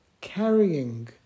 carrying